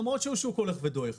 למרות שהוא שוק הולך ודועך.